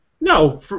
No